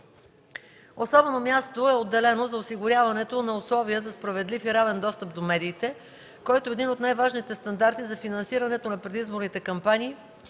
Особено място е отделено на осигуряването на условия за справедлив и равен достъп до медиите, който е един от най-важните стандарти за финансирането на предизборните кампании